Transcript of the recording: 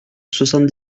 soixante